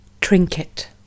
Trinket